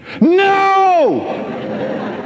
No